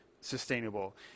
sustainable